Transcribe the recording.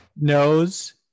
knows